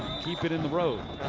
keep it in the road.